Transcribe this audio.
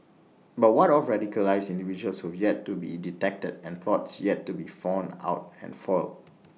but what of radicalised individuals who've yet to be detected and plots yet to be found out and foiled